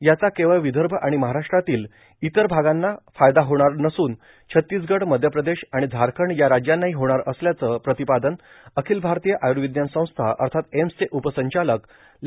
याचा केवळ विदर्भ आणि महाराष्ट्रातील इतर भागांचा याचा फायदा होणार नसून छत्तीसगड मध्य प्रदेश आणि झारखंड या राज्यांनाही होणार असल्याचं प्रतिपादन अखिल भारतीय आय्रर्विज्ञान संस्था अर्थात एम्सचे उपसंचालक ले